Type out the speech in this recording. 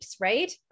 right